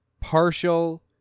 partial